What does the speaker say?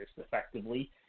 effectively